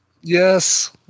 Yes